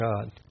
God